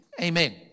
Amen